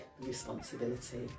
responsibility